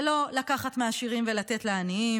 זה לא לקחת מעשירים ולתת לעניים,